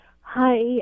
hi